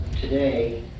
today